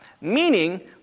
meaning